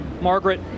Margaret